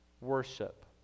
worship